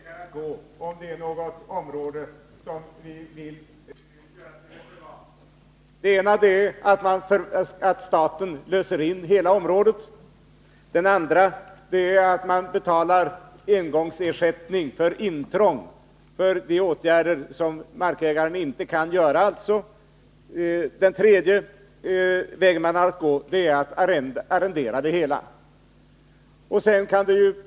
Herr talman! Vi har tre olika vägar att gå om det är något område som vi vill göra till reservat. Den första är att staten löser in hela området. Den andra är att man betalar en engångsersättning för intrång — som kompensation för de åtgärder markägaren inte kan vidta. Den tredje väg man har att gå är att arrendera marken.